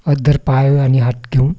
अद्दर पाय आणि हात घेऊन